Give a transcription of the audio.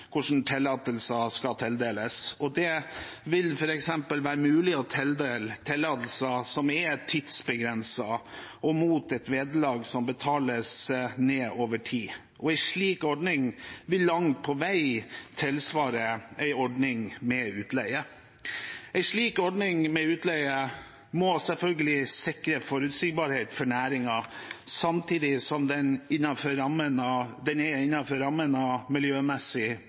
hvordan tillatelser skal tildeles. Det vil f.eks. være mulig å tildele tillatelser som er tidsbegrenset, og mot et vederlag som betales ned over tid, og en slik ordning vil langt på vei tilsvare en ordning med utleie. En slik ordning med utleie må selvfølgelig sikre forutsigbarhet for næringen, samtidig som den er innenfor rammen av